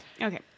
Okay